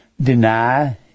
Deny